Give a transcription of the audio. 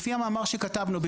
לפי המאמר שכתבנו,